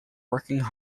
working